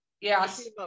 Yes